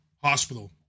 Hospital